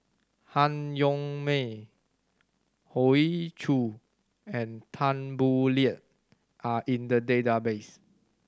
Han Yong May Hoey Choo and Tan Boo Liat are in the database